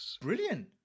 Brilliant